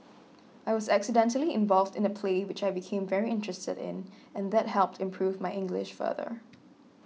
I was accidentally involved in a play which I became very interested in and that helped improve my English further